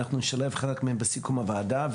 אנחנו נשלב חלק מהם בסיכום הוועדה.